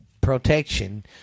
protection